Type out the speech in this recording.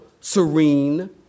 serene